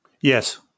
Yes